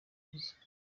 viza